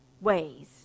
ways